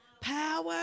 Power